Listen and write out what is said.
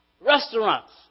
restaurants